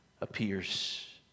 appears